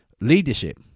leadership